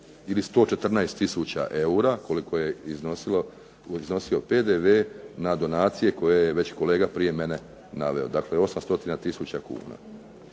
ili 114 tisuća eura, koliko je iznosio PDV na donacije koje je već kolega prije mene naveo, dakle 800 tisuća kuna